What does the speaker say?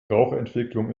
rauchentwicklung